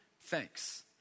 Thanks